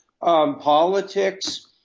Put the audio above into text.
Politics